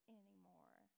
anymore